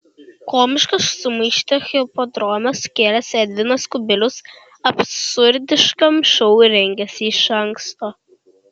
komišką sumaištį hipodrome sukėlęs edvinas kubilius absurdiškam šou rengėsi iš anksto